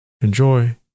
Enjoy